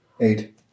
Eight